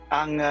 ang